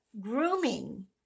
grooming